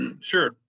sure